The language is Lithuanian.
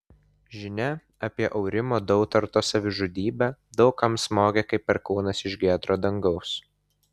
žinia apie aurimo dautarto savižudybę daug kam smogė kaip perkūnas iš giedro dangaus